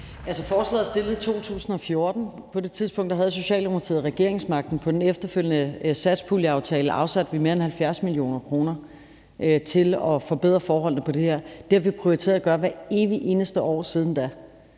Altså, forslaget er fremsat i 2014. På det tidspunkt havde Socialdemokratiet regeringsmagten. På den efterfølgende satspuljeaftale afsatte vi mere end 70 mio. kr. til at forbedre forholdene på det her. Det har vi prioriteret at gøre hvert evig eneste år siden da.